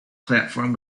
platform